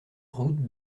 route